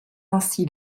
ainsi